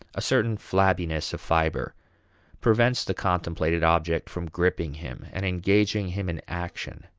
a certain flabbiness of fiber prevents the contemplated object from gripping him and engaging him in action.